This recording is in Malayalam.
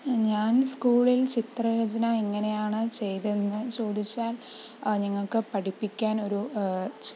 ഞാൻ സ്കൂളിൽ ചിത്രരചന എങ്ങനെയാണ് ചെയ്തത് എന്ന് ചോദിച്ചാൽ ഞങ്ങൾക്ക് പഠിപ്പിക്കാൻ ഒരു